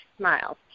miles